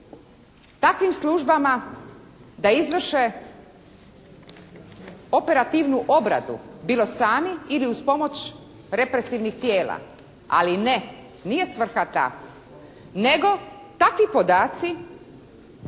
takvim službama da izvrše operativnu obradu bilo sami ili uz pomoć represivnih tijela. Ali ne, nije svrha ta, nego takvi podaci